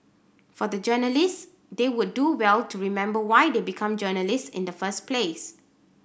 for the journalists they would do well to remember why they become journalists in the first place